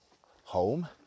home